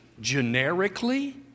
generically